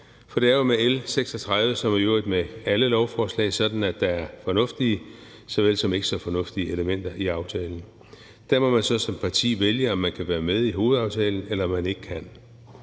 for det er jo med L 36 sådan, som det i øvrigt er med alle lovforslag, at der er fornuftige såvel som ikke så fornuftige elementer i aftalen. Der må man så som parti vælge, om man kan være med i hovedaftalen, eller om man ikke kan.